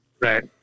Right